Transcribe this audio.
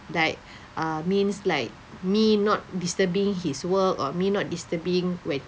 like uh means like me not disturbing his work or me not disturbing when he